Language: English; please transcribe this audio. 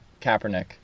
Kaepernick